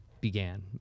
began